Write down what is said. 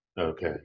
Okay